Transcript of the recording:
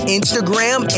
Instagram